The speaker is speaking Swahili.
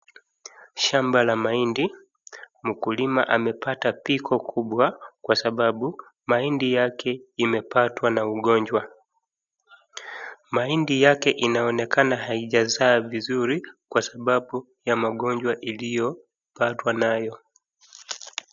Shamba la mahindi, mkulima amepata pigo kubwa kwa sababu mahindi yake imepatwa na ugonjwa. Mahindi yake inaonekana haijazaa vizuri kwa sababu ya magonjwa iliyopatwa nayo.